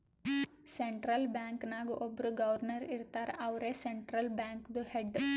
central bank ನಾಗ್ ಒಬ್ಬುರ್ governor ಇರ್ತಾರ ಅವ್ರೇ ಸೆಂಟ್ರಲ್ ಬ್ಯಾಂಕ್ದು ಹೆಡ್